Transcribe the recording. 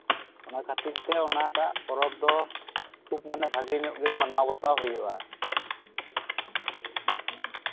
ᱚᱱᱟ ᱠᱷᱟᱹᱛᱤᱨᱛᱮ ᱚᱱᱟᱴᱟᱜ ᱯᱚᱨᱚᱵᱽ ᱫᱚ ᱠᱷᱩᱵ ᱢᱟᱱᱮ ᱵᱷᱟᱹᱜᱤ ᱧᱚᱜ ᱜᱮ ᱢᱟᱱᱟᱣ ᱵᱟᱛᱟᱣ ᱦᱩᱭᱩᱜᱼᱟ